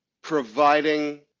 providing